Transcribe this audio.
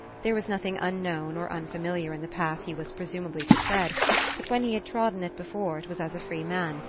there was nothing unknown or unfamiliar in the path he was presumably to tread but when he had trodden it before it was as a free man,